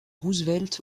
roosevelt